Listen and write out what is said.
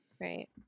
Right